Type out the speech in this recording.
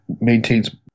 maintains